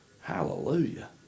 hallelujah